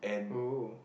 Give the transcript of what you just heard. oh